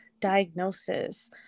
diagnosis